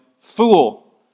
Fool